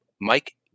Mike